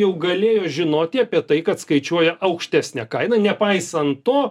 jau galėjo žinoti apie tai kad skaičiuoja aukštesne kaina nepaisant to